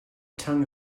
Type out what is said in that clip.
tongue